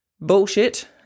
bullshit